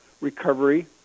Recovery